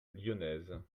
lyonnaise